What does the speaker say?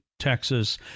Texas